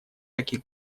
таких